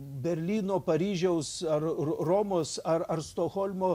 berlyno paryžiaus ar romos ar ar stokholmo